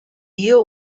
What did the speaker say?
ihr